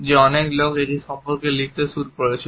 যে অনেক লোক এটি সম্পর্কে লিখতে শুরু করেছিল